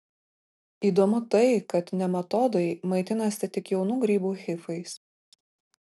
įdomu tai kad nematodai maitinasi tik jaunų grybų hifais